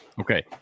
Okay